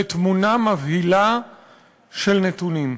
ותמונה מבהילה של נתונים.